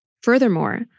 Furthermore